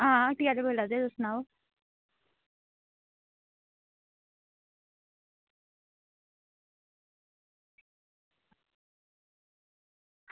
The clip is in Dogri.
आं हट्टी आह्ले बोल्ला दे तुस सनाओ